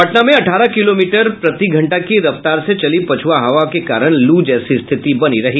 पटना में अठारह किलोमीटर प्रति घंटा की रफ्तार से चली पछुआ हवा के कारण लू जैसी स्थिति बनी रही